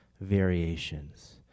variations